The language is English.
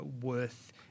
worth